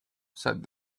said